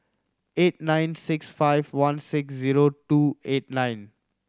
eight nine six five one six zero two eight nine